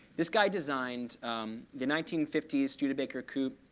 this guy designed the nineteen fifty s studebaker coupe,